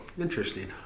interesting